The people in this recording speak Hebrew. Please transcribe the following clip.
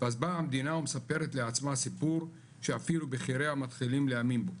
אז באה המדינה ומספרת לעצמה סיפור שאפילו בכיריה מתחילים להאמין בו,